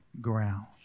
ground